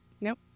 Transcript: Nope